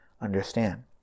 understand